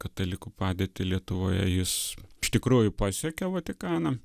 katalikų padėtį lietuvoje jis iš tikrųjų pasiekė vatikaną